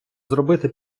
зробити